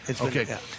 Okay